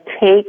take